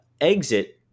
exit